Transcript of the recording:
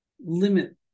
limit